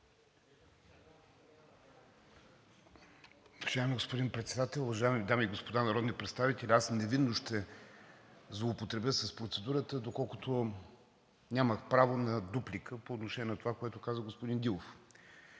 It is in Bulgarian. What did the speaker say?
Уважаеми господин Председател, уважаеми дами и господа народни представители! Аз невинно ще злоупотребя с процедурата, доколкото нямах право на дуплика по отношение на това, което каза господин Дилов.